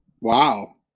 Wow